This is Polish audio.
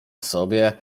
sobie